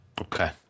Okay